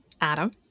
Adam